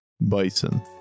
bison